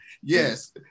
Yes